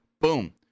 Boom